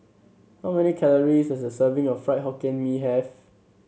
how many calories does a serving of Fried Hokkien Mee have